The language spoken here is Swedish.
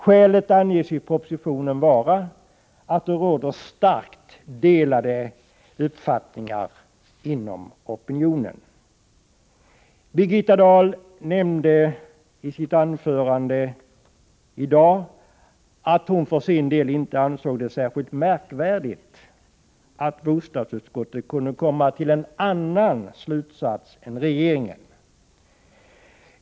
Skälet anges i propositionen vara att det råder starkt delade uppfattningar inom opinionen. Birgitta Dahl nämnde i sitt anförande i dag att hon för sin del inte ansåg det särskilt märkvärdigt att bostadsutskottet kunde komma till en annan slutsats än regeringen.